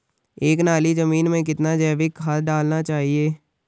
एक नाली जमीन में कितना जैविक खाद डालना चाहिए?